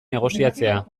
negoziatzea